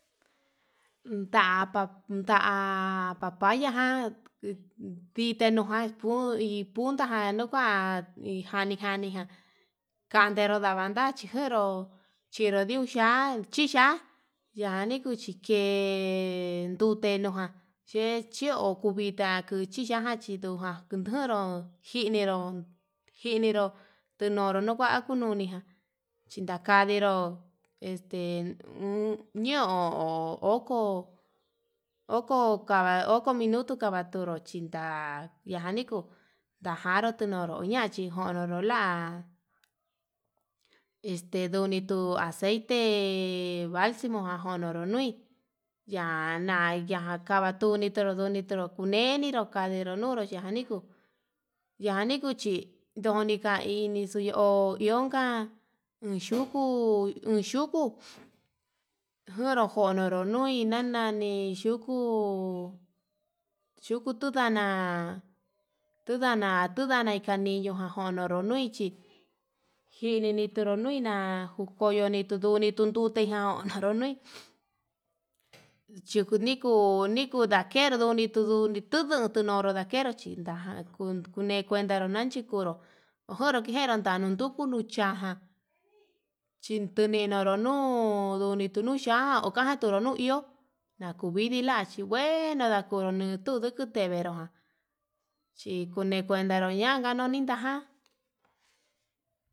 Ndapa nda'a papaya ján ndita ñojan kuu hi puntajan kuan jani janijan, kandivaru janadachiro chino nro xhian nanchiya yanikuchi ke'e ndute noján chexhio kuvita, nduchi najan chinduta nujonró njiniro njiniro tenonro nuu kua kununi chindakadiro este nuu ñoo ho oko, oko kava oko minutu kavatunro chita'a yaniju najanru chino'o njonro ñachi kononró la este dunitu aceite balsimo jan nonro nui, ya'a na ya'a kava'a tunitoro tunitoro uneniro kaninro no'o noyaniko yanikuchi ndoni kaini xo'o iho ho ionka unxhuku unxhuku, njonoro konoro nui na'a nani yuku yuku tuu ndana tundana tundana ikaniyo na'a njonoro nuiyi, njini tunrio nina nakukoyo nichiduu unitun ndute ján ononro no'í chikuu niku nikundake kenuni tuduu tunuu tunonro ndakero chindakundu nikuntaro nachinuru, ojonro kikero ndanuu nduu kunu chajan chintunuru nuu onduni nuuxhijan okaja tunro no iho, na kuvidii laxhi uhe nadakuru nuu ndu nduku neveró chikure kuentaro nikanun nintaján.